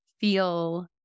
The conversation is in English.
feel